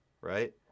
right